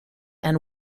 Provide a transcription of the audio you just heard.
and